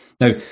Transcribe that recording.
Now